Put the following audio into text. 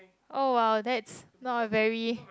oh !wow! that's not a very